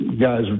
guys